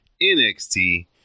NXT